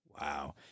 Wow